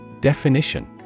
Definition